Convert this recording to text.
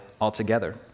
altogether